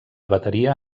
bateria